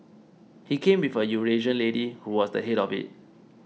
he came with a Eurasian lady who was the head of it